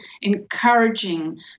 encouraging